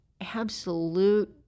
absolute